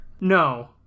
No